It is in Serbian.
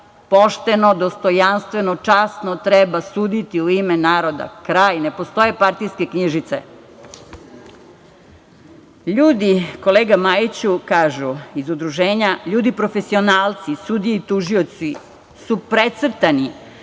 Pošteno, dostojanstveno, časno treba suditi u ime naroda. Kraj. Ne postoje partijske knjižice. Ljudi, kolega Majiću, kažu, iz Udruženja, ljudi profesionalci, sudije i tužioci, su precrtani